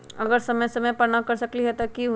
अगर समय समय पर न कर सकील त कि हुई?